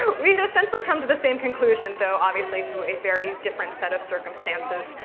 we had essentially come to the same conclusion, though obviously through a very different set of circumstances.